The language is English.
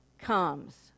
comes